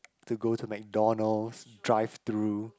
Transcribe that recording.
to go to McDonald's drive thru